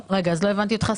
סליחה, לא הבנתי אותך.